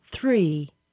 three